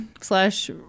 slash